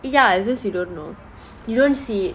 ya is just you don't know you don't see it